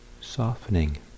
softening